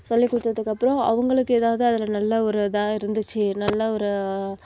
சொல்லிக்கொடுத்ததுக்கப்பறம் அவங்களுக்கு எதாவது அதில் நல்ல ஒரு இதாக இருந்துச்சு நல்ல ஒரு